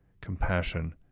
compassion